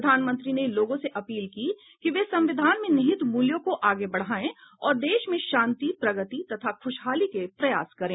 प्रधानमंत्री ने लोगों से अपील की कि वे संविधान में निहित मूल्यों को आगे बढ़ायें और देश में शांति प्रगति तथा खुशहाली के प्रयास करें